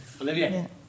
Olivia